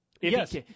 Yes